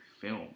film